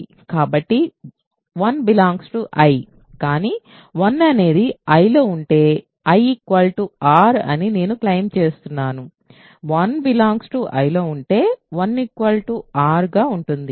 కాబట్టి 1 I కానీ 1 అనేది Iలో ఉంటే I R అని నేను క్లెయిమ్ చేస్తున్నాను 1 Iలో ఉంటే IR గా ఉంటుంది